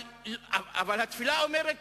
אבל התפילה אומרת